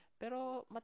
Pero